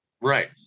right